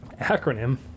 acronym